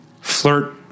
flirt